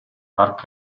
park